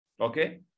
Okay